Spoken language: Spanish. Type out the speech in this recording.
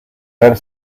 ver